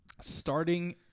Starting